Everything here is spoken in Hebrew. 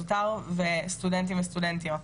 הסגל הזוטר וסטודנטים וסטודנטיות.